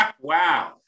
wow